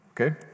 Okay